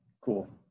cool